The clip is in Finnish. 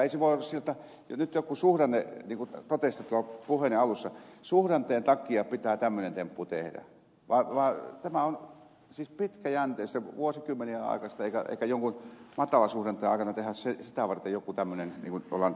ei se voi olla sillä tavalla että nyt joku suhdanne niin kuin totesitte puheenne alussa että suhdanteen takia pitää tämmöinen temppu tehdä vaan tämä on siis pitkäjänteistä vuosikymmenien aikaista politiikkaa eikä jonkun matalasuhdanteen aikana tehdä sitä varten jotakin tämmöistä ratkaisua niin kuin ollaan tekemässä